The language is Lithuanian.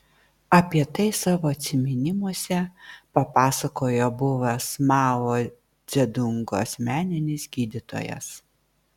apie tai savo atsiminimuose papasakojo buvęs mao dzedungo asmeninis gydytojas